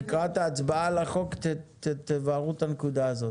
לקראת ההצבעה על החוק תבררו את הנקודה הזאת.